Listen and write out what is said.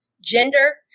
gender